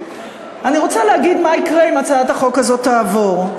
אני רוצה להגיד מה יקרה אם הצעת החוק הזאת תעבור,